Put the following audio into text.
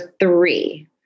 three